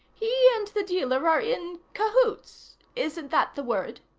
he and the dealer are in cahoots isn't that the word?